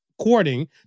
courting